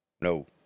No